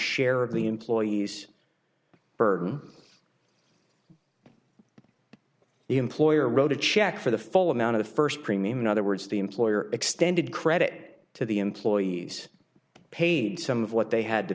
share of the employee's burden the employer wrote a check for the full amount of the first premium in other words the employer extended credit to the employees paid some of what they had to